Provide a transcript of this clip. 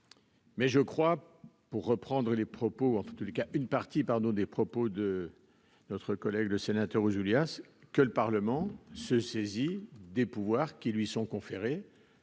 Mais je crois, pour reprendre une partie des propos de notre collègue Pierre Ouzoulias, que le Parlement se saisit des pouvoirs qui lui sont conférés